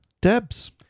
Debs